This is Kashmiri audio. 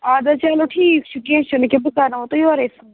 اَدٕ حظ چَلو ٹھیٖک چھُ کیٚنٛہہ چھُنہٕ کیٚنٛہہ بہٕ کَرناوو تۄہہِ یورَے فون